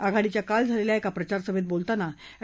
आघाडीच्या काल झालेल्या एका प्रचारसभेत बोलतांना अँड